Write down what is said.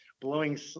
blowing